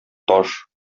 таш